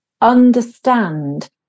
understand